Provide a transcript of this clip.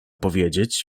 powiedzieć